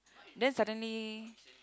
then suddenly